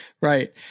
right